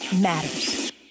matters